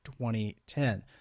2010